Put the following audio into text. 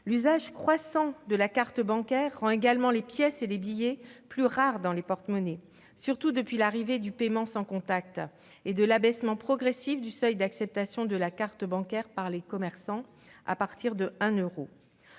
L'usage croissant de la carte bancaire rend également les pièces et les billets plus rares dans les porte-monnaie, surtout depuis l'arrivée du paiement sans contact et de l'abaissement progressif du seuil d'acceptation de la carte bancaire par les commerçants, qui est désormais de 1 euro.